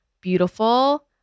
beautiful